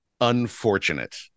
unfortunate